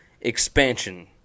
expansion